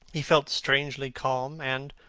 he felt strangely calm, and